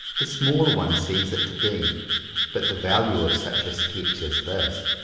the smaller one sees it to be but the value of such a sketch as this,